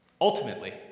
Ultimately